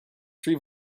three